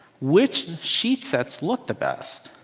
which sheet sets looked the best?